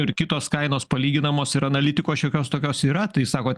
ir kitos kainos palyginamos ir analitikos šiokios tokios yra tai sakot